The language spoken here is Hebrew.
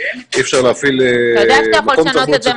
אי אפשר להפעיל מקום תרבות --- אתה